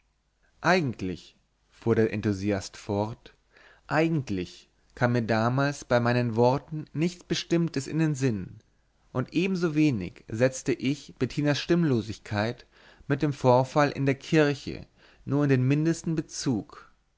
eigentlich fuhr der enthusiast fort eigentlich kam mir damals bei meinen worten nichts bestimmtes in den sinn und ebensowenig setzte ich bettinas stimmlosigkeit mit dem vorfall in der kirche nur in den mindesten bezug